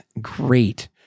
great